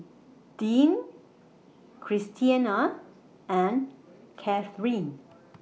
Deanne Christiana and Cathryn